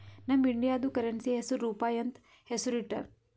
ನಮ್ ಇಂಡಿಯಾದು ಕರೆನ್ಸಿ ಹೆಸುರ್ ರೂಪಾಯಿ ಅಂತ್ ಹೆಸುರ್ ಇಟ್ಟಾರ್